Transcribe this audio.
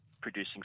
producing